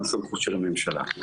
אלא בסמכות הממשלה,